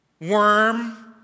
Worm